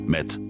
Met